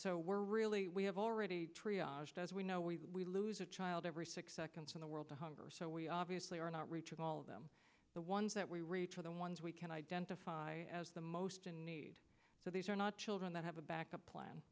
so we're really we have already as we know we lose a child every six seconds in the world the hunger so we obviously are not reaching all of them the ones that we reach are the ones we can identify as the most in need so these are not children that have a backup plan